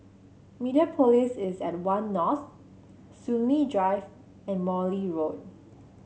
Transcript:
Mediapolis is at One North Soon Lee Drive and Morley Road